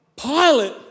Pilate